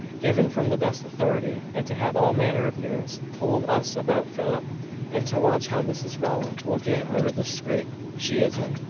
given from the best authority and to have all manner of news told us about philip and to watch how mrs rowland will get out of the scrape she is in?